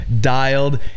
dialed